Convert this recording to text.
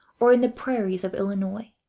or in the prairies of illinois.